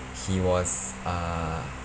he was uh